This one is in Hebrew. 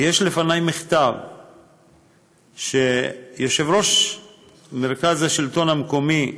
ויש לפני מכתב שבו יושב-ראש מרכז השלטון המקומי,